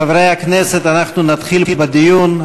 חברי הכנסת, אנחנו נתחיל בדיון.